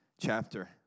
chapter